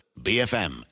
BFM